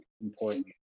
important